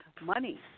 money